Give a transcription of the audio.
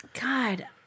God